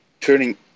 turning